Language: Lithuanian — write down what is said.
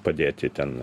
padėti ten